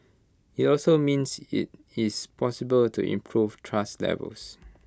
IT also means IT is possible to improve trust levels